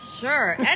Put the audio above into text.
Sure